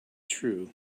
true